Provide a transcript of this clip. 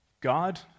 God